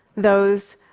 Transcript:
those